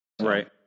Right